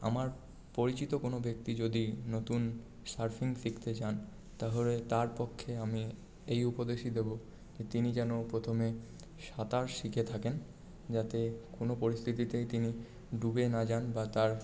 আমার পরিচিত কোনও ব্যক্তি যদি নতুন সারফিং শিখতে চান তাহলে তার পক্ষে আমি এই উপদেশই দেব যে তিনি যেন প্রথমে সাঁতার শিখে থাকেন যাতে কোনও পরিস্থিতিতে তিনি ডুবে না যান বা তার